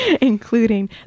including